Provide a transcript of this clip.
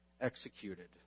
executed